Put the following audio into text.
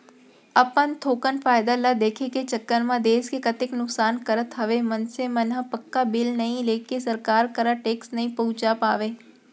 अपन थोकन फायदा ल देखे के चक्कर म देस के कतेक नुकसान करत हवय मनसे मन ह पक्का बिल नइ लेके सरकार करा टेक्स नइ पहुंचा पावय